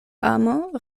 amo